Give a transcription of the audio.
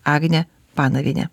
agne panaviene